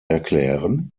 erklären